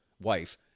wife